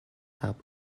cup